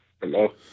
Hello